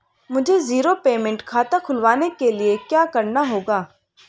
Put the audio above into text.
मुझे zero payment खाता खुलवाने के लिए क्या करना होगा?